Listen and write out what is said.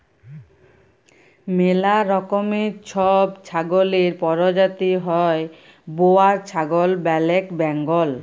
ম্যালা রকমের ছব ছাগলের পরজাতি হ্যয় বোয়ার ছাগল, ব্যালেক বেঙ্গল